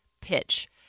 pitch